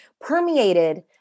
permeated